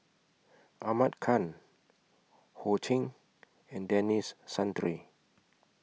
Ahmad Khan Ho Ching and Denis Santry